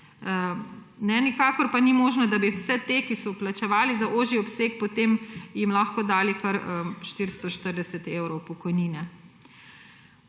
Nikakor pa ni možno, da bi vsem tistim, ki so vplačevali za ožji obseg, potem lahko dali kar 440 evrov pokojnine.